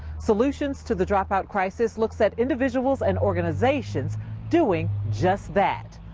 solutions to the dropout crisis looks at individuals and organizations doing just that.